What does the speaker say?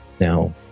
Now